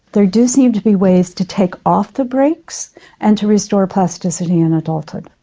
there do seem to be ways to take off the brakes and to restore plasticity in adulthood.